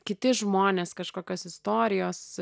kiti žmonės kažkokios istorijos